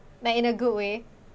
like in a good way